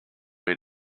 eat